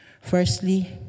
Firstly